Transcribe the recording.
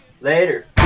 Later